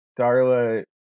Darla